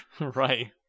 Right